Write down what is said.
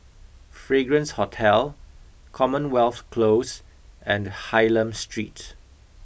Fragrance Hotel Commonwealth Close and Hylam Street